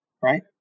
right